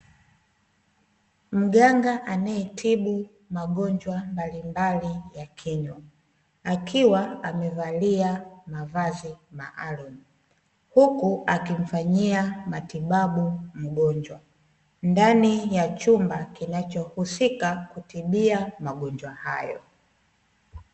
Mganga anayetibu magonjwa mbalimbali ya kinywa akiwa amevalia mavazi maalumu, huku akimfanyia matibabu mgonjwa ndani ya chumba kinachohusika kutibia magonjwa hayo.